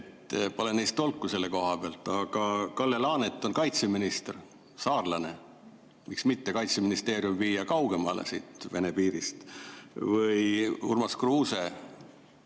pole neist tolku selle koha pealt, aga Kalle Laanet on kaitseminister ja saarlane. Miks mitte Kaitseministeerium viia kaugemale siit Vene piirist? Või Urmas Kruuse,